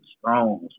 strong